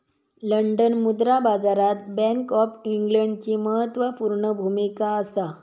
London मुद्रा बाजारात bank of इंग्लंडची म्हत्त्वापूर्ण भुमिका असा